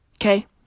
Okay